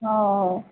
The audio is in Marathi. हो हो